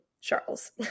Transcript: Charles